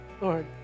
Lord